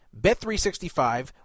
Bet365